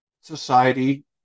society